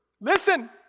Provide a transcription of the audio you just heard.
Listen